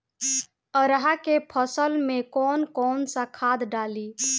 अरहा के फसल में कौन कौनसा खाद डाली?